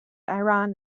iran